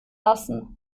lassen